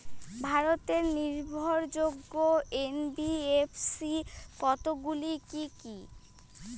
ভারতের নির্ভরযোগ্য এন.বি.এফ.সি কতগুলি কি কি?